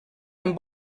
amb